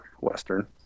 western